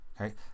Okay